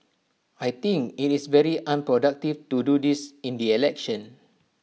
I think IT is very unproductive to do this in the election